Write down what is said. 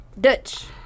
Dutch